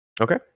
Okay